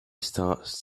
starts